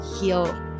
heal